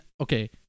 okay